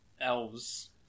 elves